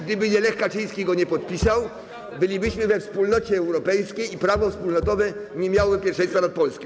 Gdyby Lech Kaczyński go nie podpisał, bylibyśmy we Wspólnocie Europejskiej i prawo wspólnotowe nie miałoby pierwszeństwa przed polskim.